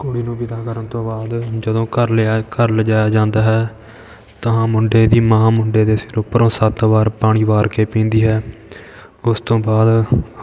ਕੁੜੀ ਨੂੰ ਵਿਦਾ ਕਰਨ ਤੋਂ ਬਾਅਦ ਜਦੋਂ ਘਰ ਲਿਆ ਘਰ ਲਿਜਾਇਆ ਜਾਂਦਾ ਹੈ ਤਾਂ ਮੁੰਡੇ ਦੀ ਮਾਂ ਮੁੰਡੇ ਦੇ ਸਿਰ ਉੱਪਰੋਂ ਸੱਤ ਵਾਰ ਪਾਣੀ ਵਾਰ ਕੇ ਪੀਂਦੀ ਹੈ ਉਸ ਤੋਂ ਬਾਅਦ